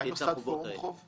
מתי נוסד "פורום חוב"?